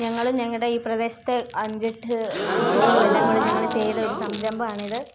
ഞങ്ങളും ഞങ്ങളുടെ ഈ പ്രദേശത്തെ അഞ്ചെട്ട് കുട്ടികളും എല്ലാം കൂടി ഞങ്ങൾ ചെയ്തൊരു സംരംഭവമാണിത്